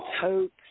hope